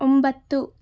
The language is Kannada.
ಒಂಬತ್ತು